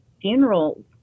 funerals